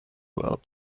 well